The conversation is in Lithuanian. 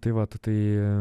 tai vat tai